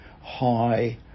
high